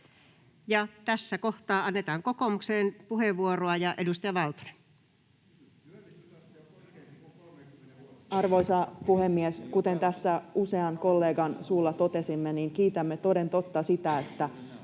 tässä kohtaa annetaan kokoomukselle puheenvuoro. — Edustaja Valtonen. Arvoisa puhemies! Kuten tässä usean kollegan suulla totesimme, kiitämme toden totta siitä, että